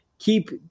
Keep